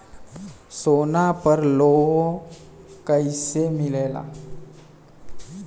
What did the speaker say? सोना पर loan कइसे मिलेला?